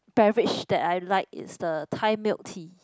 beverage that I like is the Thai milk tea